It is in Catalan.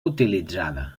utilitzada